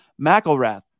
McElrath